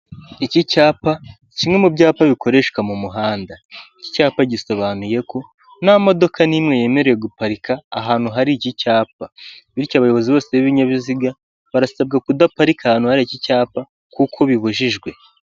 Iki cyapa, kimwe mu byapa bikoreshwa mu muhanda, iki cyapa gisobanuye ko nta modoka n'imwe yemerewe guparika ahantu hari iki cyacyapa, bityo abayobozi bose b'ibinyabiziga barasabwa kudaparika ahantu hari iki icyapa kuko bibujijwe.